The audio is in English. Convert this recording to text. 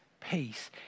peace